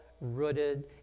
rooted